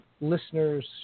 listeners